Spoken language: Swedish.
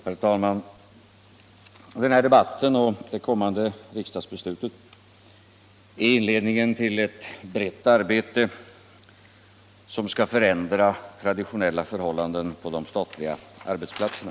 Herr talman! Den här debatten och det kommande riksdagsbeslutet är inledningen till ett brett arbete som skall förändra traditionella förhållanden på de statliga arbetsplatserna.